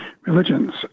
religions